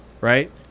right